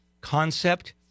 concept